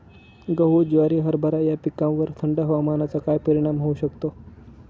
गहू, ज्वारी, हरभरा या पिकांवर थंड हवामानाचा काय परिणाम होऊ शकतो?